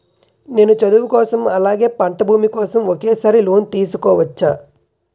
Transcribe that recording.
నేను చదువు కోసం అలాగే పంట భూమి కోసం ఒకేసారి లోన్ తీసుకోవచ్చా?